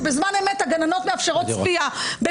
שבזמן אמת הגננות מאפשרות צפייה,